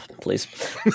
please